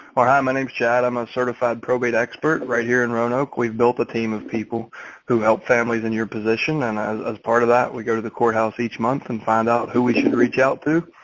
or hi, my name is chad. i'm a certified probate expert right here in roanoke. we've built a team of people who help families in your position. and as as part of that we go to the courthouse each month and find out who we should reach out to.